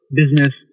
business